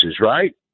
right